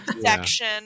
section